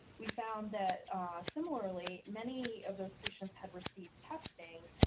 we found that similarly many of those patients had received testing,